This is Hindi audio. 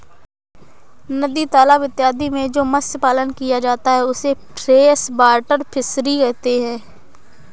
नदी तालाब इत्यादि में जो मत्स्य पालन किया जाता है उसे फ्रेश वाटर फिशरी कहते हैं